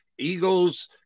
eagles